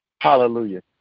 hallelujah